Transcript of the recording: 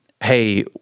hey